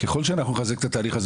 ככל שאנחנו נחזק את התהליך,